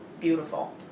Beautiful